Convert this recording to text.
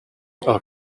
are